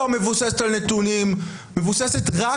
לא מבוססת על נתונים.